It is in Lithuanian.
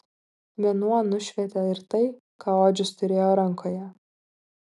mėnuo nušvietė ir tai ką odžius turėjo rankoje